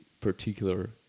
particular